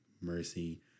mercy